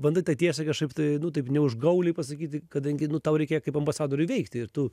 bandai tą tiesą kažkaip tai nu taip neužgauliai pasakyti kadangi nu tau reikia kaip ambasadoriui veikti ir tu